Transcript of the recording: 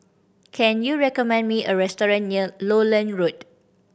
can you recommend me a restaurant near Lowland Road